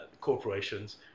corporations